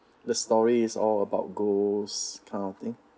the story is all about ghosts kind of thing